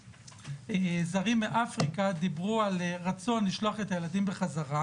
זרים מאפריקה דיברו על רצון לשלוח את הילדים בחזרה